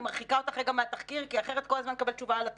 אני מרחיקה אותך רגע מהתחקיר כי אחרת כל הזמן נקבל תשובה על התחקיר,